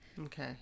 Okay